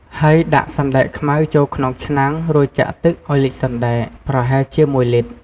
ហើយដាក់សណ្ដែកខ្មៅចូលក្នុងឆ្នាំង រួចចាក់ទឹកឱ្យលិចសណ្ដែក ប្រហែលជា ១ លីត្រ។